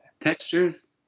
Textures